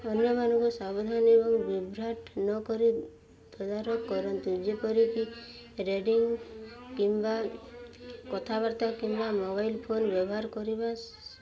ଅନ୍ୟମାନଙ୍କୁ ସାବଧାନ ଏବଂ ବଭ୍ରାଟ ନ କରି ତଦାରଖ କରନ୍ତୁ ଯେପରିକି ରେଡ଼ିଂ କିମ୍ବା କଥାବାର୍ତ୍ତା କିମ୍ବା ମୋବାଇଲ୍ ଫୋନ୍ ବ୍ୟବହାର କରିବା